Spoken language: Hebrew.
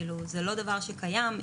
זה לא דבר שקיים.